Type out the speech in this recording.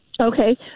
Okay